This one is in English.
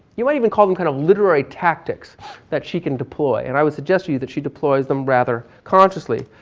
you might even call them kind of literary tactics that she can deploy and i would suggest to you that she deploys them rather consciously.